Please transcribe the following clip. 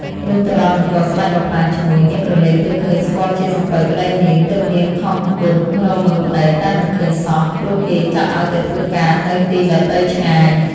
លុះទៅដល់នគរស្តេចបំផ្លាញឈ្មួញ នាងក្រឡេកទៅឃើញស្គាល់ជាសំពៅប្ដីនាង ទើបនាងខំគន់ រកមើលប្តី តែមិនឃើញសោះ ព្រោះគេចាត់ឲ្យទៅធ្វើការនៅទីដទៃឆ្ងាយ ។